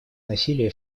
насилия